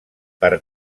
per